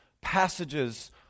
passages